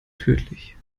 tödlich